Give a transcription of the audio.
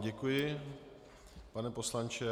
Děkuji vám, pane poslanče.